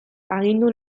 agindu